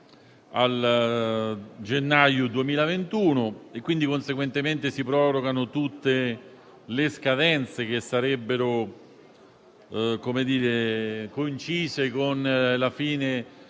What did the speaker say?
al gennaio 2021 e, conseguentemente, si prorogano tutte le scadenze che sarebbero coincise con la fine